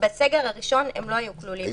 בסגר הראשון הם לא היו כלולים.